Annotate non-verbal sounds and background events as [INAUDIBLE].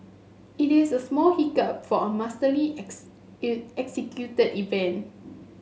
it is a small hiccup for a masterly [UNINTELLIGIBLE] executed event